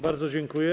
Bardzo dziękuję.